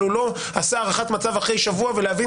אבל הוא לא עשה הערכת מצב אחרי שבוע ולהבין